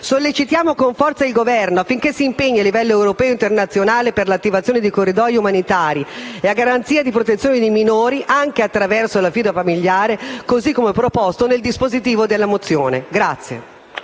sollecitiamo con forza il Governo affinché si impegni, a livello europeo e internazionale, per l'attivazione di corridoi umanitari e a garanzia di protezione dei minori, anche attraverso l'affido familiare, così come proposto nel dispositivo della mozione.